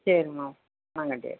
சரிமா வாங்க சரி